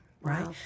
right